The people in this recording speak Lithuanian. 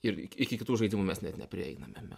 ir iki kitų žaidimų mes net neprieinamėme